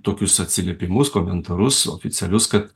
tokius atsiliepimus komentarus oficialius kad